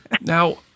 Now